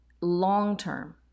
long-term